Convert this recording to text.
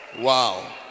wow